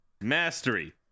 Mastery